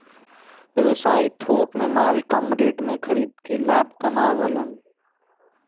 व्यवसायी थोक में माल कम रेट पर खरीद कर लाभ कमावलन